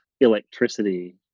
electricity